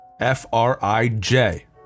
F-R-I-J